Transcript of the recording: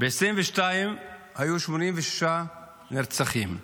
ב-2022 היו 86 נרצחים,